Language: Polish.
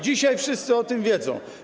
Dzisiaj wszyscy o tym wiedzą.